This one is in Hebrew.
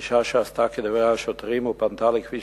האשה שעשתה כדברי השוטרים ופנתה לכביש